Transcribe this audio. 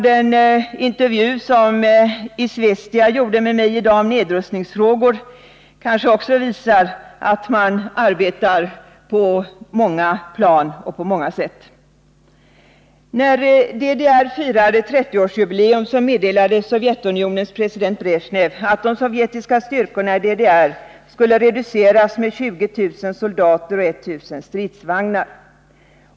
Den intervju som Isvestija gjorde med mig i dag om nedrustningsfrågor kanske också kan visa att man arbetar på många plan och på många sätt. När DDR firade 30-årsjubileum meddelade Sovjetunionens president Bresjnev att de sovjetiska styrkorna i DDR skulle reduceras med 20 000 soldater och 1 000 stridsvagnar.